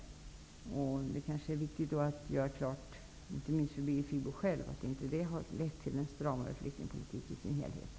Det är då viktigt, kanske inte minst för Birgit Friggebo själv, att göra klart att detta inte totalt sett har lett till en stramare flyktingpolitik.